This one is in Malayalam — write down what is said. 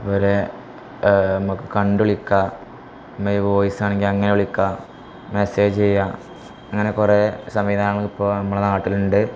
അതുപോലെ നമുക്കു കണ്ട് വിളിക്കാം പിന്നെ വോയ്സാണങ്കില് അങ്ങനെ വിളിക്കാം മെസ്സേജ് ചെയ്യാം അങ്ങനെ കുറേ സംവിധാനമിപ്പോള് നമ്മുടെ നാട്ടിലുണ്ട്